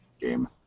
game